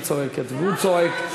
היא צועקת והוא צועק.